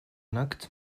nakts